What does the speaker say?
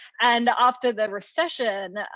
and after the recession,